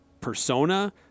persona